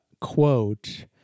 quote